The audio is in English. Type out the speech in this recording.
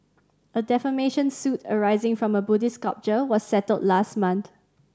a defamation suit arising from a Buddhist sculpture was settled last month